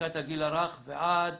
מחזקת הגיל הרך ועד